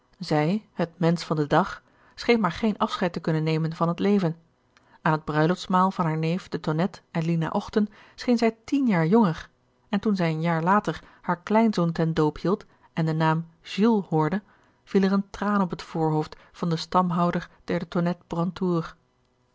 zij het mensch van den dag scheen maar geen afscheid te kunnen nemen i van het leven aan het bruilofstmaal van haar neef de tonnette en lina ochten scheen zij tien jaar jonger en i toen zij een jaar later haar kleinzoon ten doop hield en i den naam jules hoorde viel er een traan op het voorhoofd i van den stamhouder der